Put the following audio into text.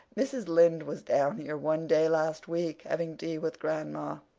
mrs. lynde was down here one day last week having tea with grandma,